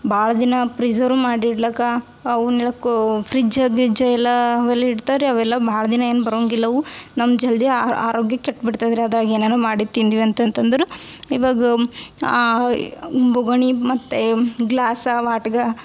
ಭಾಳ ದಿನ ಪ್ರಿಸರ್ವ್ ಮಾಡಿ ಇಡ್ಲಿಕ್ಕ ಅವನ್ನೆಲ್ಕೂ ಫ್ರಿಜ್ಜ ಗಿಜ್ಜ ಎಲ್ಲ ಅವೆಲ್ಲ ಇಡ್ತಾರೆ ರೀ ಅವೆಲ್ಲ ಭಾಳ ದಿನ ಏನೂ ಬರೋಂಗಿಲ್ಲ ಅವು ನಮ್ಗೆ ಜಲ್ದಿ ಆರೋಗ್ಯ ಕೆಟ್ಟು ಬಿಡ್ತದೆ ರಿ ಅದ್ರಾಗ ಏನೇನೋ ಮಾಡಿದ್ದೂ ತಿಂದ್ವಿ ಅಂತಂತಂದ್ರೆ ಇವಾಗ ಆ ಬೊಗಣಿ ಮತ್ತು ಗ್ಲಾಸ ವಾಟ್ಗ